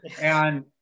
And-